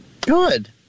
Good